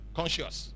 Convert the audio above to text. conscious